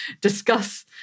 discuss